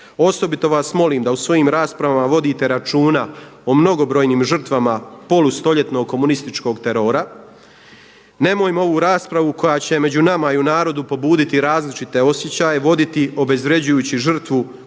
Osobito vas molim da u svojim raspravama vodite računa o mnogobrojnim žrtvama polustoljetnog komunističkog terora. Nemojmo ovu raspravu koja će među nama i u narodu pobuditi različite osjećaje voditi obezvređujući žrtvu koju su